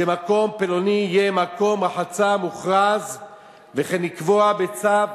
שמקום פלוני יהיה מקום רחצה מוכרז וכן לקבוע בצו